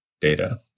data